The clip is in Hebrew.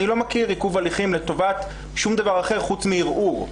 אני לא מכיר עיכוב הליכים לטובת שום דבר אחר חוץ מערעור,